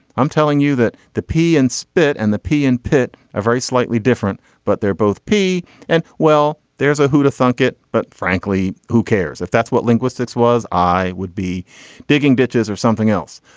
i'm telling you that the pea and spit and the pea and pit are very slightly different but they're both p and well there's a who'd have thunk it but frankly who cares if that's what linguistics was. i would be digging ditches or something else.